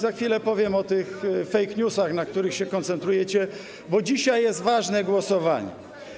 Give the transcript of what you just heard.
Za chwilę powiem o tych fake newsach, na których się koncentrujecie, bo dzisiaj jest ważne głosowanie.